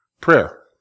Prayer